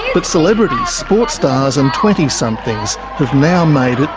but celebrities, sports stars and twenty somethings have now made it